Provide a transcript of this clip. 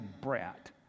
brat